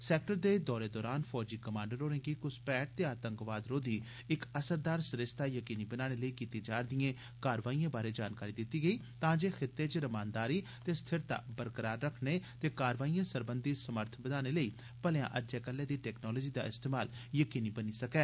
sector दे दौरे दौरान फौजी कमांडर होरें' गी घुसपैठ ते आतंकवाद रोधी इक असरदार सरिस्ता यकीनी बनाने लेई कीती जा'रदी कार्रवाईएं बारै जानकारी दित्ती गेई तांजे खित्ते च रमानदारी ते स्थिरता बरकरार रक्खने ते कार्रवाईएं सरबंधी समर्थ बधाने लेई भलेआं अज्जै कल्लै दी टेक्नोलाजी दा इस्तेमाल यकीनी बनी सकै